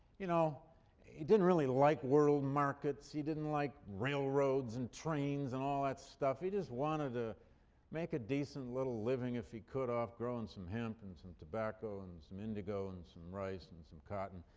you know he didn't really like world markets, he didn't like railroads and trains and all that stuff, he just wanted to make a decent little living if he could off growing some hemp and some tobacco and some indigo and some rice and some cotton,